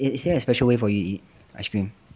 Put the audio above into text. is there a special way for you to eat ice cream